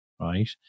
right